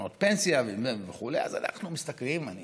קרנות פנסיה וכו' אז אנחנו משתכרים, אני